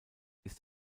ist